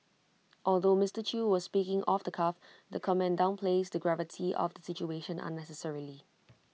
although Mister chew was speaking off the cuff the comment downplays the gravity of the situation unnecessarily